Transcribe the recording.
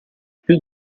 più